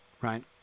right